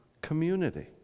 community